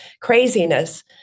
craziness